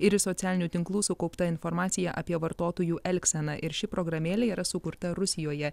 ir iš socialinių tinklų sukaupta informacija apie vartotojų elgseną ir ši programėlė yra sukurta rusijoje